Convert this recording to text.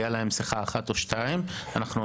שהייתה להם שיחה אחת או שתיים אבל לא הגיעו אליכם.